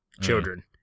children